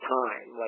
time